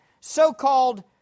so-called